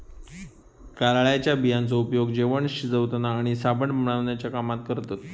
कारळ्याच्या बियांचो उपयोग जेवण शिवताना आणि साबण बनवण्याच्या कामात करतत